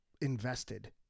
invested